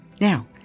Now